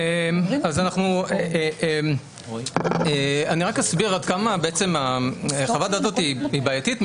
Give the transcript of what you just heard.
אני רק אסביר עד כמה חוות-הדעת הזאת היא בעייתית.